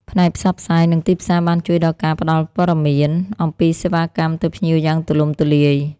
ផ្នែកផ្សព្វផ្សាយនិងទីផ្សារបានជួយដល់ការផ្ដល់ព័ត៌មានអំពីសេវាកម្មទៅភ្ញៀវយ៉ាងទូលំទូលាយ។